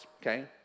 okay